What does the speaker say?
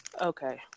Okay